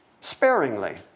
sparingly